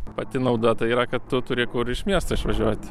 pati nauda tai yra kad tu turi kur iš miesto išvažiuot